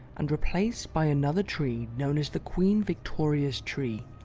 and replaced by another tree known as the queen victoria's tree.